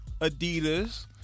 Adidas